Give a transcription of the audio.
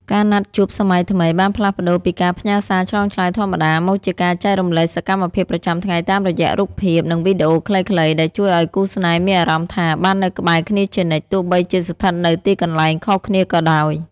ការណាត់ជួបសម័យថ្មីបានផ្លាស់ប្ដូរពីការផ្ញើសារឆ្លើយឆ្លងធម្មតា មកជាការចែករំលែកសកម្មភាពប្រចាំថ្ងៃតាមរយៈរូបភាព និងវីដេអូខ្លីៗ ដែលជួយឱ្យគូស្នេហ៍មានអារម្មណ៍ថាបាននៅក្បែរគ្នាជានិច្ច ទោះបីជាស្ថិតនៅទីកន្លែងខុសគ្នាក៏ដោយ។